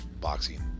boxing